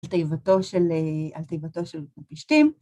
על תיבתו של פשטים.